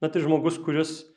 na tai žmogus kuris